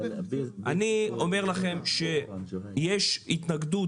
אני אומר לכם שיש התנגדות,